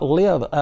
live